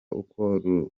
uko